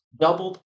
doubled